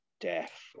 death